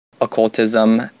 occultism